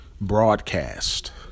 broadcast